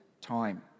time